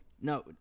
No